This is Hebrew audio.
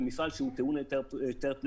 במפעל שהוא טעון היתר פליטה,